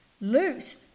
loose